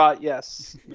yes